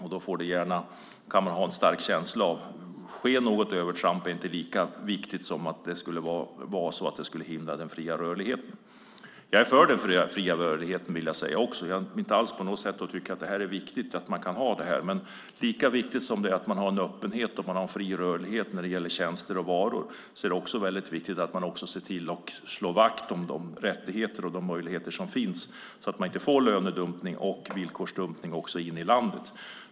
Man får en känsla av att ett övertramp i arbetsrätten är mindre viktigt än att värna den fria rörligheten. Jag är för den fria rörligheten. Jag tycker att den är viktig. Men lika viktigt som att man har öppenhet och fri rörlighet när det gäller tjänster och varor är att man slår vakt om de rättigheter och möjligheter som finns så att det inte blir lönedumpning och villkorsdumpning inne i landet.